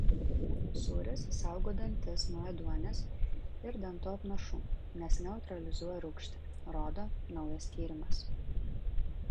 sūris saugo dantis nuo ėduonies ir dantų apnašų nes neutralizuoja rūgštį rodo naujas tyrimas